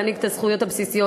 יעניק את הזכויות הבסיסיות.